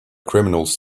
criminals